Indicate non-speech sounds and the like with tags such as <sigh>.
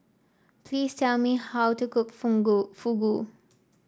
please tell me how to cook <unintelligible> Fugu